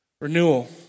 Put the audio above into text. renewal